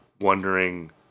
wondering